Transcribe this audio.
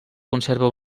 conserva